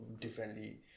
differently